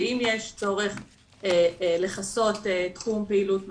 ואם יש צורך לכסות תחום פעילות נוסף,